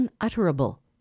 unutterable